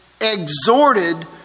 exhorted